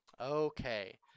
Okay